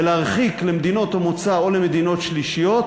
ולהרחיק למדינות המוצא או למדינות שלישיות